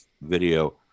video